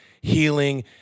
healing